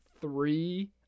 three